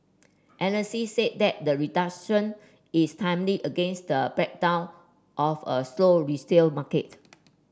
analysts said that the reduction is timely against the back down of a slow resale market